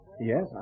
Yes